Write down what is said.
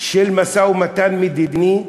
של משא-ומתן מדיני,